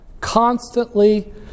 constantly